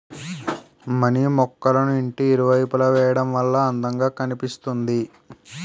money మొక్కళ్ళను ఇంటికి ఇరువైపులా వేయడం వల్ల అందం గా కనిపిస్తుంది